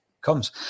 comes